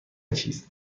چیز